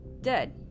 dead